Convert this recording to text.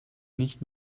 nicht